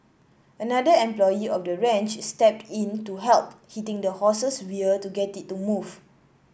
another employee of the ranch stepped in to help hitting the horse's rear to get it to move